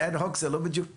צריך